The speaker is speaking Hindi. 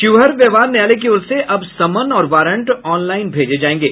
शिवहर व्यवहार न्यायालय की ओर से अब समन और वारंट ऑनलाईन भेजे जायेंगे